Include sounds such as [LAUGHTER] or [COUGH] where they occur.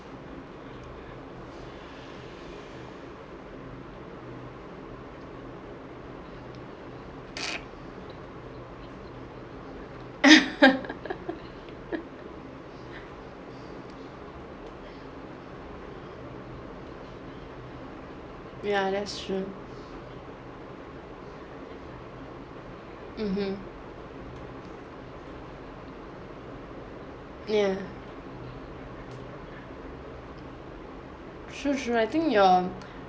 [LAUGHS] ya that's true mmhmm ya true true I think your